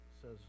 says